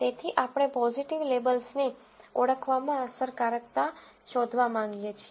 તેથી આપણે પોઝીટિવ લેબલને ઓળખવામાં અસરકારકતા શોધવા માંગીએ છીએ